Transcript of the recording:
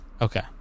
Okay